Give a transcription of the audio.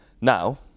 Now